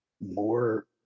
more